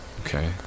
Okay